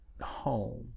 home